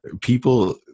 people